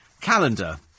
calendar